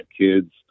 kids